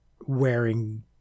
wearing